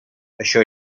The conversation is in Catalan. això